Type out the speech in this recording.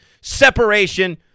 separation